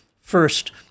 first